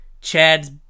Chad's